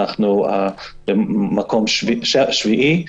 אנו במקום שביעי.